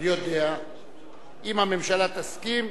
אם הממשלה תסכים,